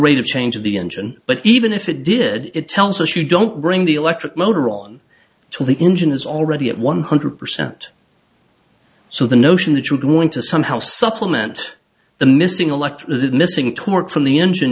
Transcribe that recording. rate of change of the engine but even if it did it tells us you don't bring the electric motor on to the engine is already at one hundred percent so the notion that you are going to somehow supplement the missing electro that missing torque from the engine